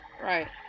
Right